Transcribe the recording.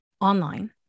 online